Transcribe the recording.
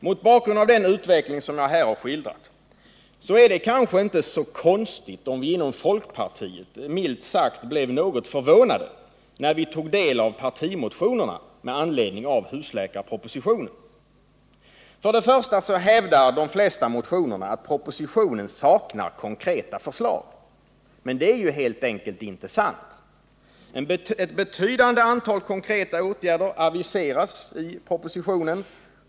Mot bakgrund av den utveckling jag här har skildrat är det kanske inte så konstigt att vi inom folkpartiet milt sagt blev något förvånade när vi tog del av partimotionerna med anledning av husläkarpropositionen. I de flesta motionerna hävdas att propositionen saknar konkreta förslag. Men det är ju helt enkelt inte sant. Ett betydande antal konkreta åtgärder aviseras i propositionen.